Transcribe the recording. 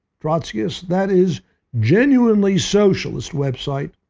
trotskyist that is genuinely socialist website,